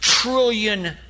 trillion